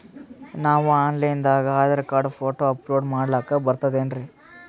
ನಾವು online ದಾಗ ಆಧಾರಕಾರ್ಡ, ಫೋಟೊ ಅಪಲೋಡ ಮಾಡ್ಲಕ ಬರ್ತದೇನ್ರಿ?